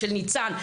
של ניצן,